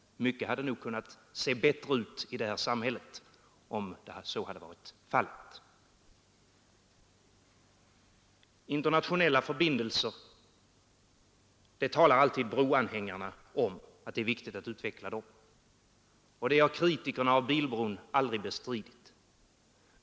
Mycket hade nog kunnat se bättre ut i det här samhället om så hade varit fallet. Broanhängarna talar alltid om att det är viktigt att utveckla internationella förbindelser, och det har kritikerna av bilbron aldrig bestridit.